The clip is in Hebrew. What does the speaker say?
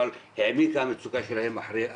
אבל העמיקה המצוקה שלהם אחרי הקורונה.